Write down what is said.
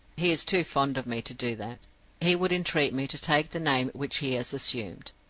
he is too fond of me to do that he would entreat me to take the name which he has assumed.